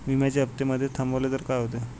विम्याचे हफ्ते मधेच थांबवले तर काय होते?